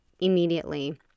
immediately